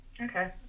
Okay